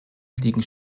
liegen